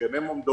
שגם הן עומדות.